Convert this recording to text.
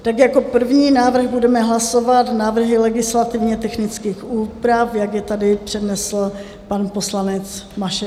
Tak jako první návrh budeme hlasovat návrhy legislativnětechnických úprav, jak je tady přednesl pan poslanec Mašek.